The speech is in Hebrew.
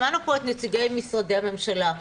שמענו פה את נציגי משרדי הממשלה.